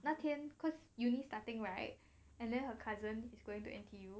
那天 cause uni starting right and then her cousin is going to N_T_U